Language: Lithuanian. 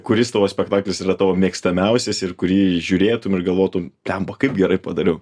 kuris tavo spektaklis yra tavo mėgstamiausias ir kurį žiūrėtum ir galvotum ten buvo kaip gerai padariau